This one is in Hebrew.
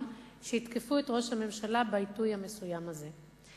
שיתקפו את ראש הממשלה בעיתוי המסוים הזה.